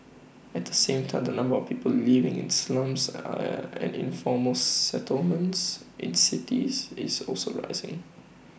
at the same time the number of people living in slums and informal settlements in cities is also rising